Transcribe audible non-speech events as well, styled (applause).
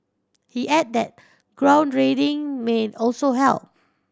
he add that (unintelligible) may also help